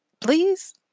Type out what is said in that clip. please